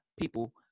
people